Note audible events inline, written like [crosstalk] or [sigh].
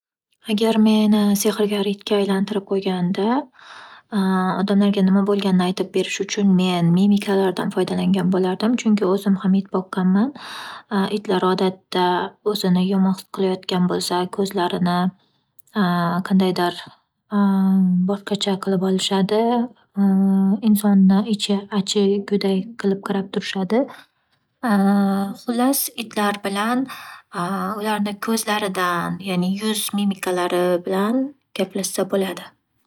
Agar meni sexrgar itga aylantirib qo'yganida [hesitation] odamlarga nima bo'lganini aytib berish uchun men mimikalardan foydalangan bo'lardim chunki o'zim ham it boqqanman. [hesitation] Itlar odatda o'zini yomon his qilayotgan bo'lsa, ko'zlarini [hesitation] qandaydir [hesitation] boshqacha qilib olishadi. [hesitation] Insonni ichi achiguday qilib qarab turishadi. [hesitation] Xullas, itlar bilan [hesitation] ularni ko'zlaridan ya'ni yuz mimikalari bilan gaplashsa bo'ladi.